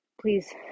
please